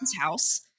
house